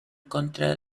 contra